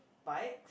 bike